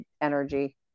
energy